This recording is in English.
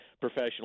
professional